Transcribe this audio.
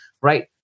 right